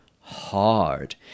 hard